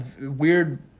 weird